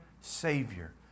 Savior